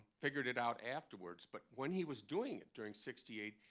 figured it out afterwards. but when he was doing it, during sixty eight,